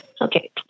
Okay